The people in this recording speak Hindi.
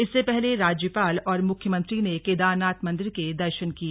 इससे पहले राज्यपाल और मुख्यमंत्री ने केदारनाथ मंदिर के दर्शन किए